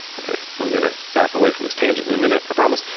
okay, i'm going to back away from this tangent in a minute, i promise.